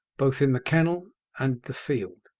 both in the kennel and the field,